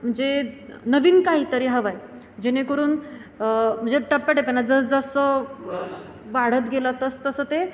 म्हणजे नवीन काहीतरी हवं आहे जेणेकरून म्हणजे टप्पाटप्प्यानं जसजसं वाढत गेलं तसतसं ते